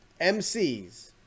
MCs